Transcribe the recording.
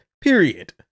Period